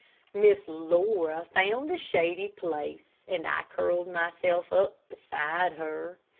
miss laura found a shady place, and i curled myself up beside her.